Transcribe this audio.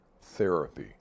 Therapy